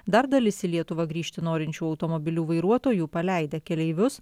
dar dalis į lietuvą grįžti norinčių automobilių vairuotojų paleidę keleivius